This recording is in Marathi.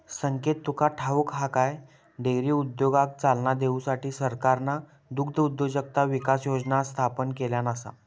संकेत तुका ठाऊक हा काय, डेअरी उद्योगाक चालना देऊसाठी सरकारना दुग्धउद्योजकता विकास योजना स्थापन केल्यान आसा